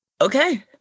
okay